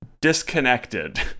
disconnected